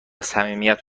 صمیمیت